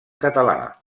català